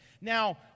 Now